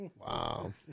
Wow